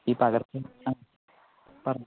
ഈ പകർച്ച പറഞ്ഞോ